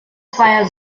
zweier